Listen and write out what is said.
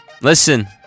Listen